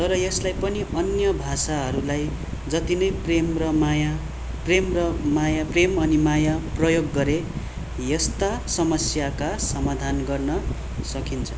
तर यसलाई पनि अन्य भाषाहरूलाई जति नै प्रेम र माया प्रेम र माया प्रेम अनि माया प्रयोग गरे यस्ता समस्याका समाधान गर्न सकिन्छ